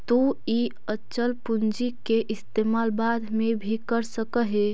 तु इ अचल पूंजी के इस्तेमाल बाद में भी कर सकऽ हे